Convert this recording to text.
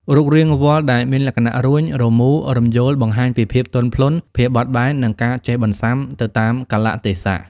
រូបរាងវល្លិ៍ដែលមានលក្ខណៈរួញ រមូរ រំយោលបង្ហាញពី ភាពទន់ភ្លន់ ភាពបត់បែន និងការចេះបន្សាំ ទៅតាមកាលៈទេសៈ។